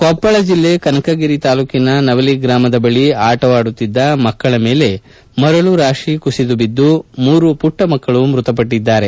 ಕೊಪ್ಪಳ ಜಲ್ಲೆ ಕನಕಗಿರಿ ತಾಲೂಕಿನ ನವಲಿ ಗ್ರಾಮದ ಬಳಿ ಆಟವಾಡುತ್ತಿದ್ದ ಮಕ್ಕಳ ಮೇಲೆ ಮರಳು ರಾತಿ ಕುಸಿದು ಬಿದ್ದು ಮೂವರು ಪುಟ್ಟ ಮಕ್ಕಳು ಮ್ಯತಪಟ್ಟಿದ್ದಾರೆ